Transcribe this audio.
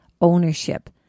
ownership